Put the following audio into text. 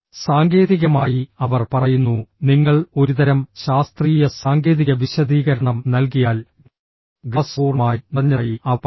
സാങ്കേതികമായി അവർ പറയുന്നു നിങ്ങൾ ഒരുതരം ശാസ്ത്രീയ സാങ്കേതിക വിശദീകരണം നൽകിയാൽ ഗ്ലാസ് പൂർണ്ണമായും നിറഞ്ഞതായി അവർ പറയുന്നു